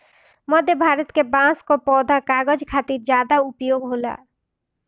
मध्य भारत के बांस कअ पौधा कागज खातिर ज्यादा उपयोग होला